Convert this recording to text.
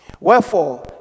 Wherefore